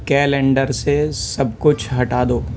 calendar سے سب کچھ ہٹا دو